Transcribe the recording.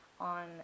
on